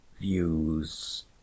views